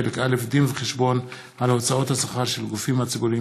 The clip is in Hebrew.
חלק א' דין וחשבון על הוצאות השכר של הגופים הציבוריים